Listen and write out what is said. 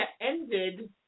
ended